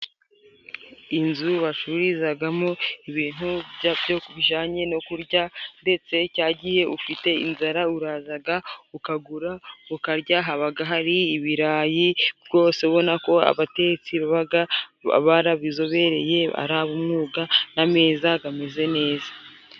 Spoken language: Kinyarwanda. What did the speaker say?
Inzu bacururizagamo ibintu bijanye no kurya, ndetse cyagihe ufite inzara urazaga ukagura, ukarya, habaga hari ibirayi bwose ubona ko abatetsi babaga barabizobereye, ari ab'umwuga n'ameza gameze neza.